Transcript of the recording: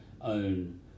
own